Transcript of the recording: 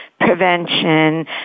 prevention